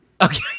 Okay